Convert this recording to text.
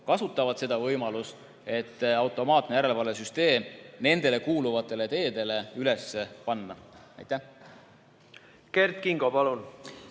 kasutavad seda võimalust, et automaatne järelevalvesüsteem nendele kuuluvatele teedele üles panna. Kert Kingo, palun!